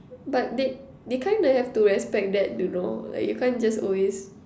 but they they kind of have to respect that you know like you can't just always